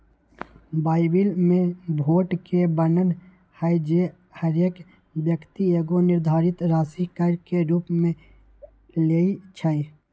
Bible में भोट के वर्णन हइ जे हरेक व्यक्ति एगो निर्धारित राशि कर के रूप में लेँइ छइ